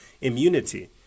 immunity